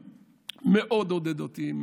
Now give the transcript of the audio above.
מאוד עודד אותי,